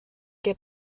get